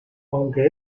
aunque